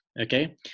okay